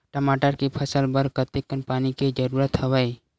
टमाटर के फसल बर कतेकन पानी के जरूरत हवय?